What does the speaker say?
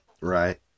Right